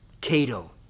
Cato